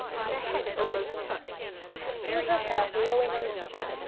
and their heads almost touched. he could feel her hair blowing on his cheek,